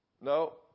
No